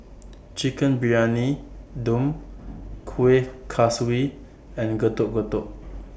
Chicken Briyani Dum Kuih Kaswi and Getuk Getuk